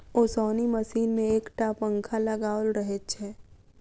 ओसौनी मशीन मे एक टा पंखा लगाओल रहैत छै